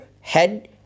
head